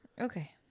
Okay